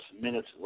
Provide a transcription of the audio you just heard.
minutes